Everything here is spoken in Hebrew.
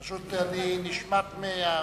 פשוט אני, נשמט מהרשימה.